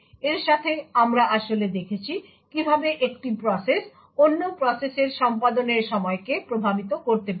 এর সাথে আমরা আসলে দেখেছি কিভাবে একটি প্রসেস অন্য প্রসেসের সম্পাদনের সময়কে প্রভাবিত করতে পারে